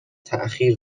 تاخیر